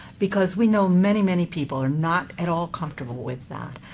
because we know many, many people are not at all comfortable with that.